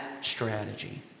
strategy